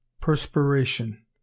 Perspiration